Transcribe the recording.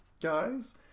guys